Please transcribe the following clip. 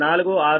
466 p